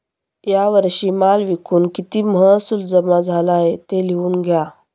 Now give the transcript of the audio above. या वर्षी माल विकून किती महसूल जमा झाला आहे, ते लिहून द्या